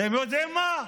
אתם יודעים מה?